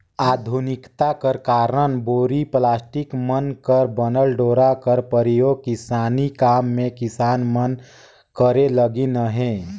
आधुनिकता कर कारन बोरी, पलास्टिक मन कर बनल डोरा कर परियोग किसानी काम मे किसान मन करे लगिन अहे